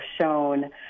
shown